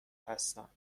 هستم